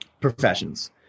professions